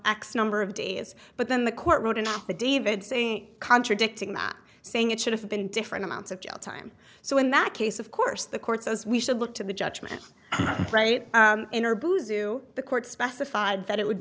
x number of days but then the court wrote an op to david saying contradicting that saying it should have been different amounts of jail time so in that case of course the courts as we should look to the judgment right the court specified that it would